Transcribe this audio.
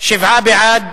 שבעה בעד,